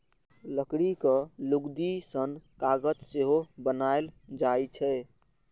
लकड़ीक लुगदी सं कागज सेहो बनाएल जाइ छै